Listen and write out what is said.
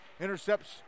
intercepts